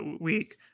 week